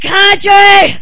country